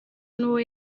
n’uwo